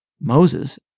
Moses